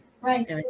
Right